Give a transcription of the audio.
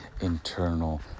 internal